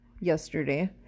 yesterday